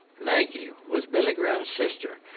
maggie was billy ground's sister,